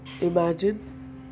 imagine